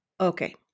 Okay